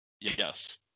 Yes